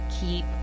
keep